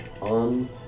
On